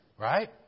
right